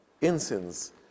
incense